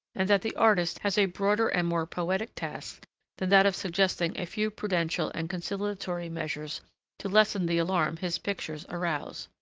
and that the artist has a broader and more poetic task than that of suggesting a few prudential and conciliatory measures to lessen the alarm his pictures arouse.